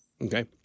Okay